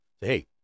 Hey